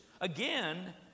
Again